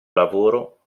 lavoro